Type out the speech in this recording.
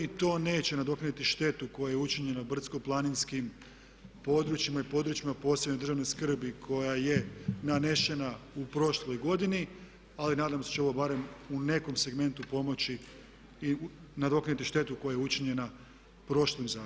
To neće nadoknaditi štetu koja je učinjena brdsko-planinskim područjima i područjima od posebne državne skrbi koja je nanesena u prošloj godini ali nadam se da će ovo barem u nekom segmentu pomoći i nadoknaditi štetu koja je učinjena prošlim zakonom.